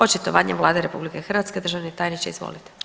Očitovanje Vlade RH, državni tajniče izvolite.